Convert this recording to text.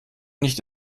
nicht